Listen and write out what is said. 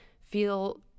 feel